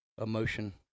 emotion